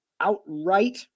outright